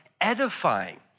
edifying